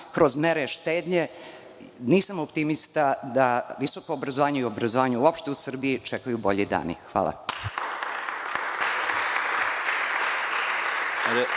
kroz mere štednje, nisam optimista da visoko obrazovanje i obrazovanje uopšte u Srbiji čekaju bolji dani. Hvala.